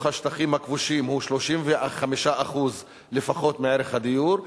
השטחים הכבושים הוא 35% לפחות מערך הדיור,